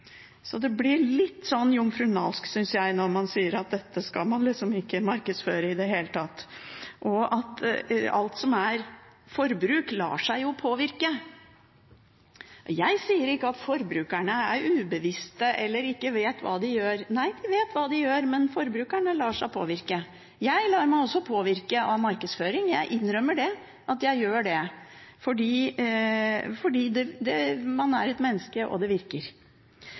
så intenst og voldsomt sine produkter. Så det blir litt jomfrunalsk, synes jeg, når man sier at dette skal man liksom ikke markedsføre i det hele tatt. Alt som er forbruk, lar seg påvirke. Jeg sier ikke at forbrukerne er ubevisste eller ikke vet hva de gjør. Nei, de vet hva de gjør, men forbrukerne lar seg påvirke. Jeg lar meg også påvirke av markedsføring, jeg innrømmer at jeg gjør det, fordi man er et menneske og det virker.